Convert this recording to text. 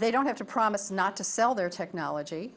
they don't have to promise not to sell their technology